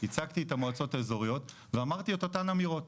ייצגתי את המועצות האזוריות ואמרתי את אותן אמירות.